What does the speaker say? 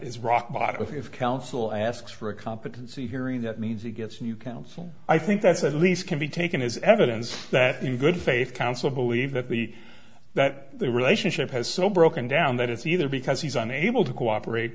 is rock bottom if counsel asks for a competency hearing that means he gets a new counsel i think that's at least can be taken as evidence that in good faith counsel believe that the that the relationship has so broken down that it's either because he's unable to cooperate